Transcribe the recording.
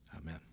amen